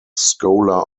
scholar